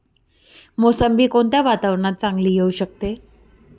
मोसंबी कोणत्या वातावरणात चांगली येऊ शकते?